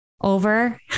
over